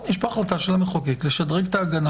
יש פה החלטה של המחוקק לשדרג את ההגנה